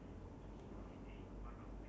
like after twenty four hours